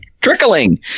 trickling